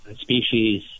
species